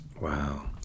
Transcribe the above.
wow